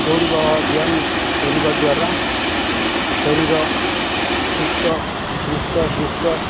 ଦୌଡ଼ିବା ଓ ବ୍ୟାୟାମ କରିବା ଦ୍ୱାରା ଶରୀର ସୁସ୍ଥ ହୃଷ୍ଟପୃଷ୍ଟ